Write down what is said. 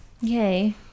Yay